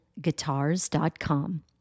guitars.com